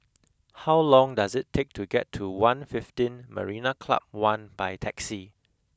how long does it take to get to One fifteen Marina Club One by taxi